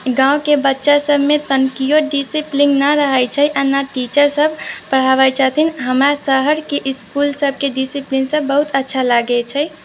गाँवके बच्चा सबमे तनिकिओ डिसिप्लीन नहि रहै छै आओर नहि टीचरसब पढ़ाबै छथिन हमरा शहरके इसकुल सबके डिसिप्लीनसब बहुत अच्छा लागे छै